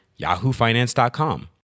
yahoofinance.com